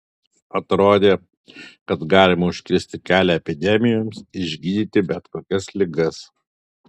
atrodė kad galima užkirsti kelią epidemijoms išgydyti bet kokias ligas